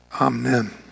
Amen